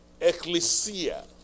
ecclesia